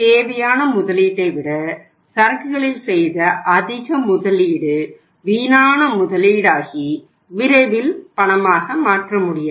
தேவையான முதலீட்டை விட சரக்குகளில் செய்த அதிக முதலீடு வீணான முதலீடாகி விரைவாக பணமாக மாற்ற முடியாது